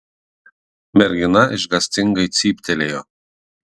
mergina išgąstingai cyptelėjo